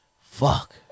fuck